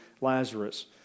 Lazarus